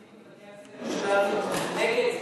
אנחנו מחנכים בבתי-הספר שלנו נגד זה,